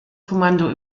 kommando